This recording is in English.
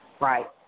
Right